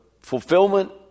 fulfillment